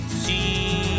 see